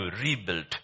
rebuilt